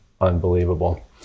unbelievable